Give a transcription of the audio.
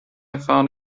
found